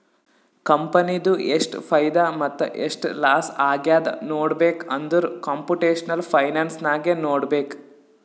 ಕಂಪನಿದು ಎಷ್ಟ್ ಫೈದಾ ಮತ್ತ ಎಷ್ಟ್ ಲಾಸ್ ಆಗ್ಯಾದ್ ನೋಡ್ಬೇಕ್ ಅಂದುರ್ ಕಂಪುಟೇಷನಲ್ ಫೈನಾನ್ಸ್ ನಾಗೆ ನೋಡ್ಬೇಕ್